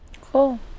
Cool